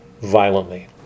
violently